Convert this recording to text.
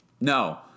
No